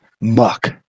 muck